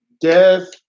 Death